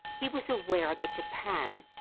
he was aware that japan,